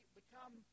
become